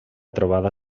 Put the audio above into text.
trobada